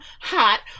hot